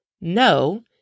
No